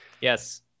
Yes